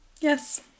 Yes